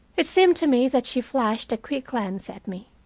it seemed to me that she flashed a quick glance at me.